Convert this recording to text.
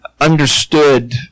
understood